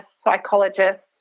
psychologists